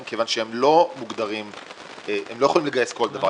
כיוון שהם לא יכולים לגייס כל דבר.